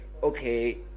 okay